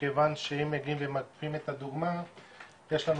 מכיוון שאם מגיעים ומקפיאים את הדוגמא יש לנו